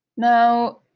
now